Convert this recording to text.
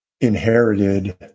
inherited